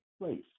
place